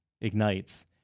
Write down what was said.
ignites